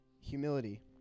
humility